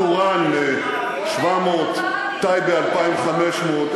טורעאן, 700, לא,